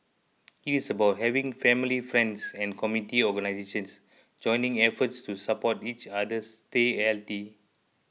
it is about having family friends and community organisations joining efforts to support each other stay healthy